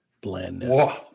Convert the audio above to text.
Blandness